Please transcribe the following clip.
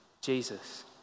Jesus